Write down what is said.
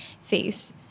face